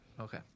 Okay